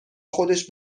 خودش